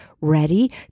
ready